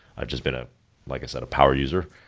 i've just been, ah like i said, a power user.